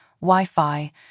Wi-Fi